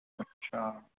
अच्छा